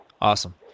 Awesome